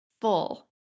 full